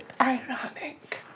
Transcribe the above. ironic